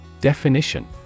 Definition